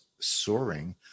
soaring